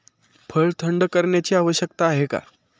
फळ थंड करण्याची आवश्यकता का आहे?